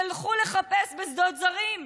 תלכו לחפש בשדות זרים.